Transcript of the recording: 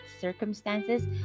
circumstances